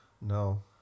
No